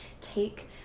take